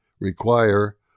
require